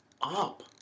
up